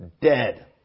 dead